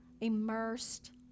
immersed